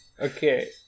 Okay